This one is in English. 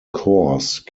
course